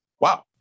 wow